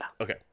Okay